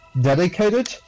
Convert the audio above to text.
dedicated